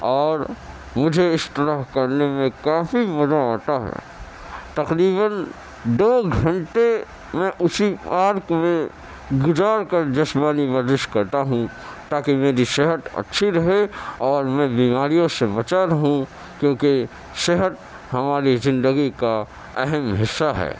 اور مجھے اس طرح کرنے میں کافی مزہ آتا ہے تقریباً دو گھنٹے میں اسی پارک میں گزار کر جسمانی ورزش کرتا ہوں تاکہ میری صحت اچھی رہے اور میں بیماریوں سے بچا رہوں کیونکہ صحت ہماری زندگی کا اہم حصہ ہے